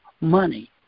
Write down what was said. money